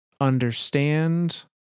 understand